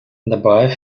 dabei